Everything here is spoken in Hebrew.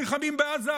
נלחמים בעזה,